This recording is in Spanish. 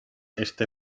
este